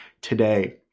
today